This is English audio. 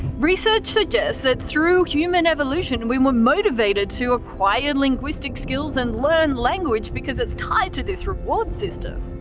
research suggests that through human evolution we were motivated to acquire linguistic skills and learn language because it's tied to this reward system.